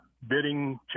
bidding